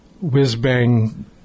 whiz-bang